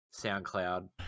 soundcloud